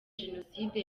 jenoside